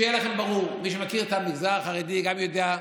שיהיה לכם ברור: מי שמכיר את המגזר החרדי יודע,